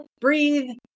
breathe